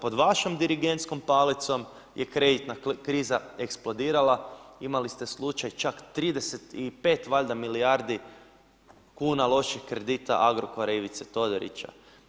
Pod vašom dirigentskom palicom je kreditna kriza eksplodirala, imali ste slučaj čak 35 valjda milijardi kuna loših kredita Agrokora Ivice Todorića.